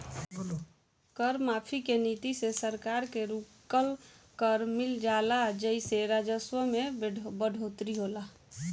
कर माफी के नीति से सरकार के रुकल कर मिल जाला जेइसे राजस्व में बढ़ोतरी होला